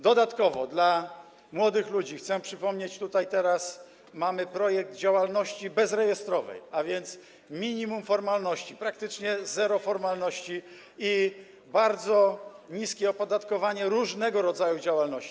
Dodatkowo dla młodych ludzi, chcę przypomnieć to teraz, mamy projekt działalności bezrejestrowej, a więc minimum formalności, praktycznie zero formalności i bardzo niskie opodatkowanie różnego rodzaju działalności.